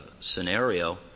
scenario